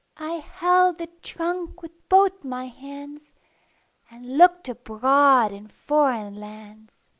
i held the trunk with both my hands and looked abroad in foreign lands.